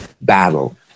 battle